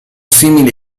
simili